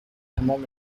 تمام